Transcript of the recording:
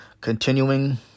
continuing